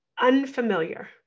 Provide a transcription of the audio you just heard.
unfamiliar